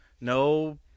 no